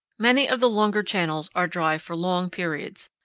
many of the longer channels are dry for long periods.